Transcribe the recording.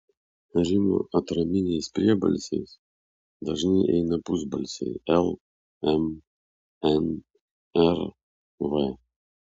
rimo atraminiais priebalsiais dažnai eina pusbalsiai l m n r v